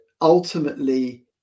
ultimately